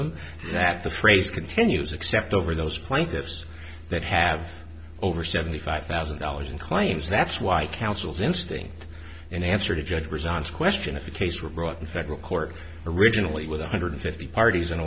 them that the phrase continues except over those plaintiffs that have over seventy five thousand dollars in claims that's why councils instinct in answer to judge resigns question if a case were brought in federal court originally with one hundred fifty parties and